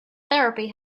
therapy